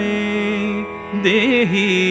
Dehi